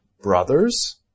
brothers